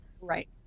Right